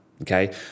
okay